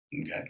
Okay